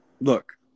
Look